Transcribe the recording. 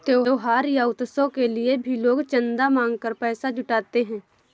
त्योहार या उत्सव के लिए भी लोग चंदा मांग कर पैसा जुटाते हैं